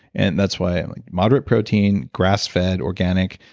and that's why moderate protein, grass-fed, organic,